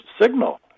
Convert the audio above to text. signal